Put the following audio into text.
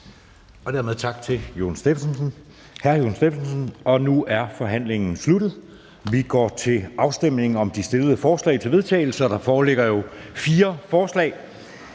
Dermed tak til hr. Jon Stephensen. Nu er forhandlingen sluttet, og vi går til afstemning om de stillede forslag til vedtagelse, og der foreligger fire forslag.